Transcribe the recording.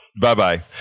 Bye-bye